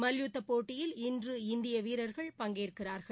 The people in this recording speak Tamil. மல்யுத்தப்போட்டியில் இன்று இந்திய வீரர்கள் பங்கேற்கிறார்கள்